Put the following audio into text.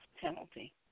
penalty